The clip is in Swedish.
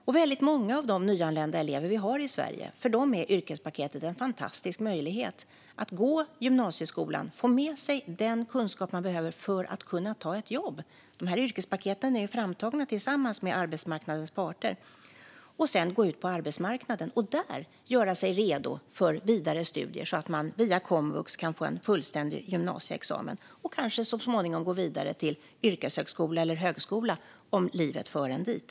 För väldigt många av de nyanlända elever som vi har i Sverige är yrkespaketet en fantastisk möjlighet att gå i gymnasieskolan och få med sig den kunskap som de behöver för att kunna gå ut på arbetsmarknaden och ta ett jobb och där göra sig redo för vidare studier och via komvux kunna få en fullständig gymnasieexamen och kanske så småningom gå vidare till yrkeshögskola eller högskola om livet för dem dit.